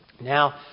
Now